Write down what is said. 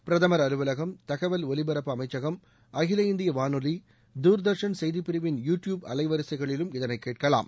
பிரதமர் அலுவலகம் தகவல் ஒலிபரப்பு அமைச்சகம் அகில இந்திய வானொலி துதர்ஷன் செய்திப்பிரிவின் யூ டியூப் அலைவரிசைகளிலும் இதனைக் கேட்கலாம்